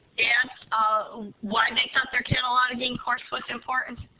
and um why they felt their cataloging course was important?